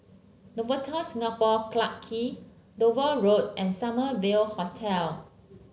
Novotel Singapore Clarke Quay Dover Road and Summer View Hotel